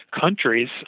countries